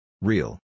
Real